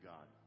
God